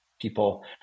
people